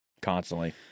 constantly